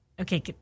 okay